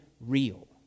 real